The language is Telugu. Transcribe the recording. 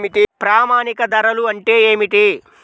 ప్రామాణిక ధరలు అంటే ఏమిటీ?